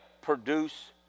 produce